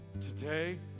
today